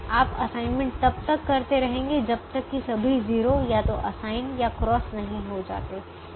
आप असाइनमेंट तब तक करते रहेंगे जब तक कि सभी 0 या तो असाइन या क्रॉस नहीं हो जाते हैं